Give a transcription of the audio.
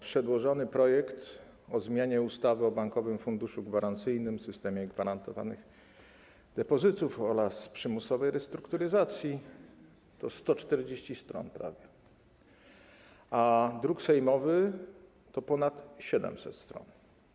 Przedłożony projekt o zmianie ustawy o Bankowym Funduszu Gwarancyjnym, systemie gwarantowanych depozytów oraz przymusowej restrukturyzacji to prawie 140 stron, a druk sejmowy to ponad 700 stron.